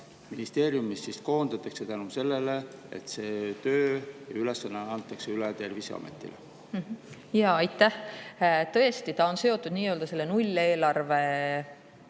ministeeriumis koondatakse tänu sellele, et see tööülesanne antakse üle Terviseametile? Aitäh! Tõesti, ta on seotud nii-öelda selle nulleelarvetegevusega.